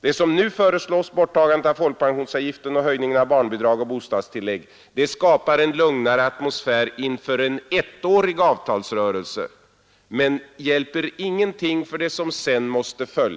Det som nu föreslås — borttagandet av folkpensionsavgiften och höjningen av barnbidrag och bostadstillägg — skapar en lugnare atmosfär inför en ettårig avtalsperiod men hjälper ingenting för det som sedan måste följa.